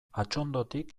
atxondotik